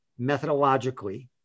methodologically